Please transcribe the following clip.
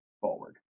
forward